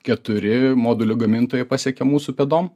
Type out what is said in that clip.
keturi modulių gamintojai pasekė mūsų pėdom